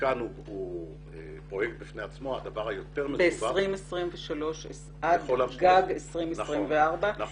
המתקן הוא פרויקט בפני עצמו ב-2023 עד גג 2024. נכון.